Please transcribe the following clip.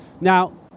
now